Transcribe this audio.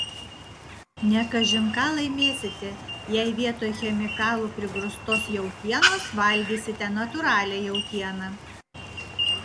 ne kažin ką laimėsite jei vietoj chemikalų prigrūstos jautienos valgysite natūralią jautieną